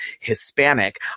Hispanic